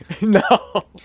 No